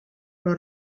però